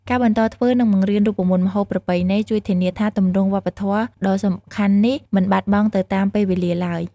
ការបន្តធ្វើ និងបង្រៀនរូបមន្តម្ហូបប្រពៃណី ជួយធានាថាទម្រង់វប្បធម៌ដ៏សំខាន់នេះមិនបាត់បង់ទៅតាមពេលវេលាឡើយ។